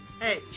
Hey